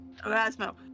Erasmo